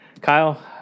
Kyle